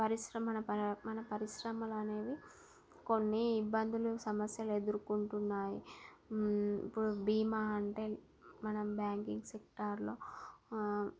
పరిశ్రమ మన ప పరిశ్రమలు అనేవి కొన్ని ఇబ్బందులు సమస్యలు ఎదురుకొంటున్నాయి ఇప్పుడు భీమా అంటే మన బ్యాంకింగ్ సెక్టార్లో